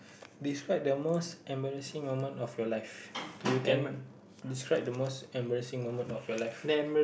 describe the most embarrassing moment of your life you can describe the most embarrassing moment of your life